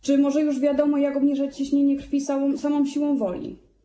Czy może już wiadomo, jak obniżać ciśnienie krwi samą siłą woli?